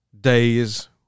days